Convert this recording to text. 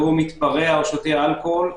והוא מתפרע או שותה אלכוהול,